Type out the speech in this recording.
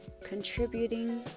contributing